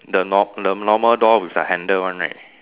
the nor~ the normal door with the handle one right